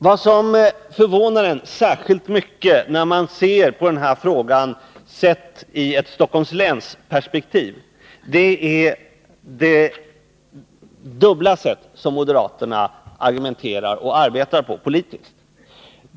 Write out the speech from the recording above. Vad som förvånar en särskilt mycket när man ser på den här frågan i ett Stockholms läns-perspektiv är det dubbla sätt som moderaterna argumenterar och arbetar på politiskt.